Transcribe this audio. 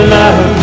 love